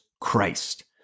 Christ